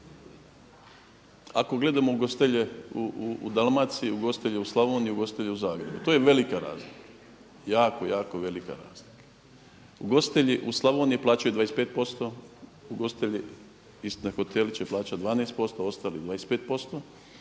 ako gledamo ugostitelje u Dalmaciji, ugostitelje u Slavoniji, ugostitelje u Zagrebu, to je velika razlika, jako, jako velika razlika. Ugostitelji u Slavoniji plaćaju 25%, ugostitelji istina hoteli će plaćati 12%, ostali 25%.